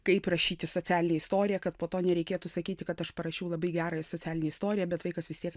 kaip rašyti socialinę istoriją kad po to nereikėtų sakyti kad aš parašiau labai gerą socialinę istoriją bet vaikas vis tiek